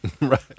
Right